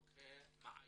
לא מאיימים.